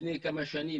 לפני כמה שנים